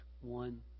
one